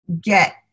get